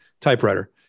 typewriter